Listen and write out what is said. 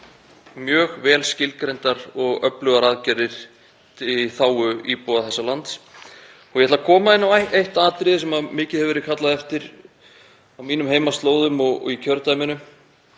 mjög vel skilgreindar og öflugar aðgerðir í þágu íbúa þessa lands. Ég ætla að koma inn á eitt atriði sem mikið hefur verið kallað eftir á mínum heimaslóðum og í kjördæminu